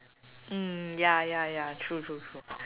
mm ya ya ya true true true